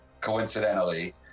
coincidentally